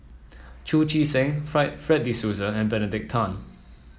Chu Chee Seng fried Fred De Souza and Benedict Tan